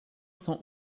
cent